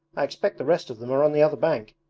i expect the rest of them are on the other bank.